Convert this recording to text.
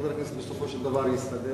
חבר הכנסת בסופו של דבר יסתדר.